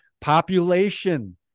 population